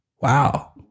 Wow